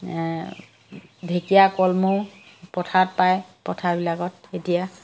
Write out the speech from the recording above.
ঢেঁকীয়া কলমৌ পথাৰত পায় পথাৰবিলাকত এতিয়া